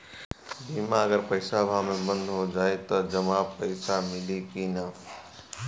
बीमा अगर पइसा अभाव में बंद हो जाई त जमा पइसा मिली कि न?